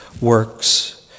Works